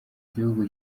gihugu